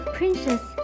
Princess